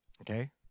Okay